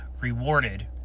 rewarded